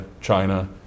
China